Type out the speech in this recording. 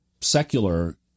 secular